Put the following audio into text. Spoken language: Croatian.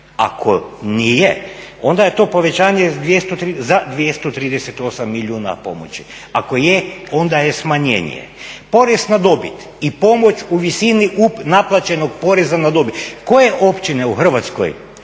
Ako nije onda je to povećanje za 238 milijuna pomoći, ako je onda je smanjenje. Porez na dobit i pomoć u visini naplaćenog poreza na dobit. Koje općine u Hrvatskoj